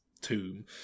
tomb